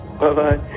Bye-bye